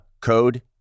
code